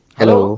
Hello